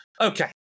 Okay